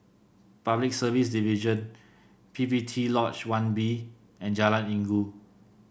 Public Service Division P P T Lodge One B and Jalan Inggu